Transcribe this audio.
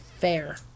fair